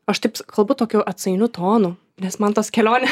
aš taip kalbu tokiu atsainiu tonu nes man tos kelionė